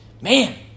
man